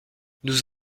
nous